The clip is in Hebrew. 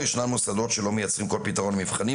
ישנם מוסדות שלא מייצרים כל פתרון למבחנים,